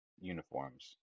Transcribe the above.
uniforms